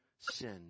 Sin